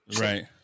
Right